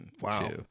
wow